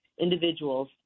individuals